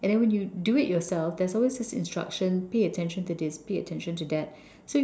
and then when you do it yourself there's always this instruction pay attention to this pay attention to that